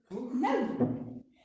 No